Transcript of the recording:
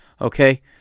Okay